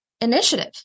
initiative